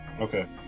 Okay